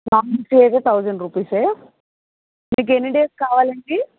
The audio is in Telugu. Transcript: నాన్ ఏసీ అయితే థౌసండ్ రూపీసే మీకు ఎన్ని డేస్ కావాలండి